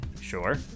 sure